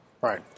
Right